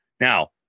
Now